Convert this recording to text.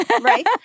right